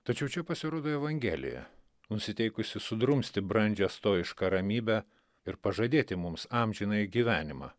tačiau čia pasirodo evangelija nusiteikusi sudrumsti brandžią stoišką ramybę ir pažadėti mums amžinąjį gyvenimą